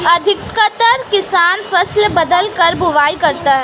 अधिकतर किसान फसल बदलकर बुवाई करते है